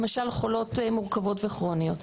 למשל חולות מורכבות וכרוניות?